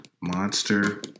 monster